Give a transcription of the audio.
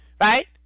right